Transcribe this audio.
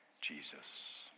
Jesus